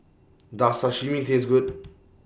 Does Sashimi Taste Good